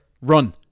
run